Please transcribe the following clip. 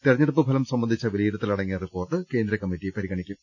തെരഞ്ഞെ ടുപ്പ് ഫലം സംബന്ധിച്ച വിലയിരുത്തൽ അടങ്ങിയ റിപ്പോർട്ട് കേന്ദ്ര കമ്മറ്റി പരിഗണിക്കും